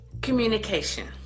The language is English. Communication